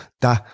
da